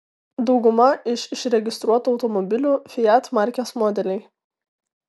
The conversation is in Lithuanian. dauguma iš išregistruotų automobiliu fiat markės modeliai